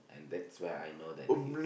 and that's where I know that he